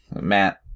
Matt